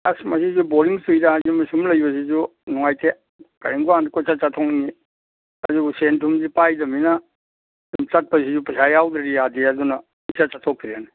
ꯑꯁ ꯃꯁꯤꯁꯨ ꯕꯣꯔꯤꯡ ꯆꯨꯏꯗ ꯌꯨꯝꯗ ꯁꯨꯝ ꯂꯩꯕꯁꯤꯁꯨ ꯅꯨꯡꯉꯥꯏꯇꯦ ꯀꯔꯤꯒꯨꯝ ꯀꯥꯟꯗ ꯀꯣꯏꯆꯠ ꯆꯠꯊꯣꯛꯅꯤꯡꯏ ꯑꯗꯨꯕꯨ ꯁꯦꯟ ꯊꯨꯝꯁꯤ ꯄꯥꯏꯗꯃꯤꯅ ꯑꯗꯨꯝ ꯆꯠꯄꯁꯤꯁꯨ ꯄꯩꯁꯥ ꯌꯥꯎꯗ꯭ꯔꯗꯤ ꯌꯥꯗꯦ ꯑꯗꯨꯅ ꯏꯆꯠ ꯆꯠꯊꯣꯛꯇ꯭ꯔꯦꯅꯦ